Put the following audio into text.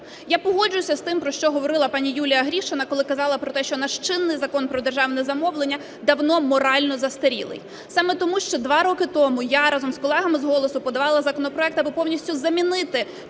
Я погоджуюсь з тим, про що говорила пані Юлія Гришина, коли казала про те, що наш чинний Закон про державне замовлення давно морально застарілий. Саме тому, що два роки тому я з разом з колегами з "Голосу" подавала законопроект, аби повністю замінити